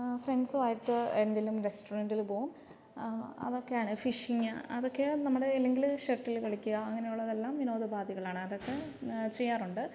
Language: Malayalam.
ഫ്രണ്ട്സുമായിട്ട് എന്തെങ്കിലും റെസ്റ്റൊറെന്റില് പോകും അതൊക്കെയാണ് ഫിഷിങ് അതൊക്കെയോ അല്ലെങ്കില് ഷട്ടില് കളിക്കുക അങ്ങനെയുള്ളതെല്ലാം വിനോദ ഉപാദികളാണ് അതൊക്കെ ചെയ്യാറുണ്ട്